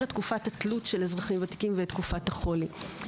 את תקופת התלות של אזרחים ותיקים ואת תקופת החולי.